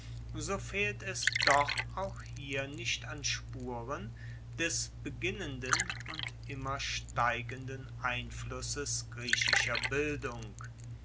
so fehlt es doch auch hier nicht an spuren des beginnenden und immer steigenden einflusses griechischer bildung